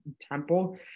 Temple